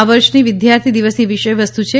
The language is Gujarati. આ વર્ષની વિદ્યાર્થી દિવસની વિષય વસ્તુ છે